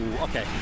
Okay